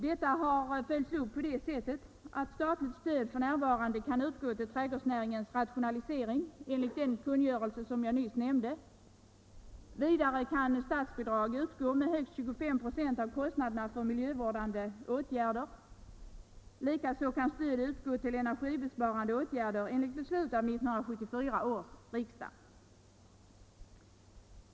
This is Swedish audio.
Detta har följts upp så att statligt stöd f. n. kan utgå till trädgårdsnäringens rationalisering enligt den kungörelse som jag nyss nämnde. Vidare kan statsbidrag utgå med högst 25 96 av kostnaderna för miljövårdsåtgärder. Likaså kan stöd utgå till energisparande åtgärder enligt beslut av 1974 års riksdag.